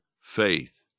faith